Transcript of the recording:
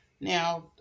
Now